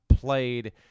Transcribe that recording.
played